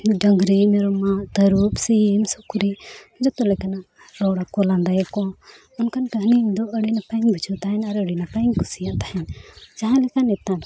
ᱰᱟᱹᱝᱨᱤ ᱢᱮᱨᱚᱢᱟᱜ ᱛᱟᱹᱨᱩᱵ ᱥᱤᱢ ᱥᱩᱠᱨᱤ ᱡᱚᱛᱚ ᱞᱮᱠᱟᱱᱟᱜ ᱨᱚᱲᱟᱠᱚ ᱞᱟᱸᱫᱟᱭᱟᱠᱚ ᱚᱱᱠᱟᱱ ᱠᱟᱹᱦᱱᱤ ᱤᱧ ᱫᱚ ᱟᱹᱰᱤ ᱱᱟᱯᱟᱭᱤᱧ ᱵᱷᱩᱡᱷᱟᱹᱣ ᱛᱟᱦᱮᱱ ᱟᱹᱰᱤ ᱱᱟᱯᱟᱭᱤᱧ ᱠᱩᱥᱤᱭᱟᱜ ᱛᱟᱦᱮᱱ ᱡᱟᱦᱟᱸ ᱞᱮᱠᱟ ᱱᱮᱛᱟᱨ